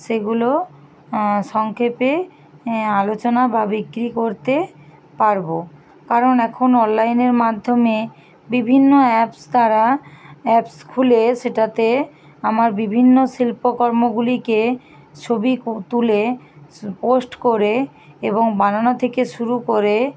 সেগুলো সংক্ষেপে আলোচনা বা বিক্রি করতে পারবো কারণ এখন অনলাইনের মাধ্যমে বিভিন্ন অ্যাপস দ্বারা অ্যাপস খুলে সেটাতে আমার বিভিন্ন শিল্পকর্মগুলিকে ছবি তুলে পোস্ট করে এবং বানানো থেকে শুরু করে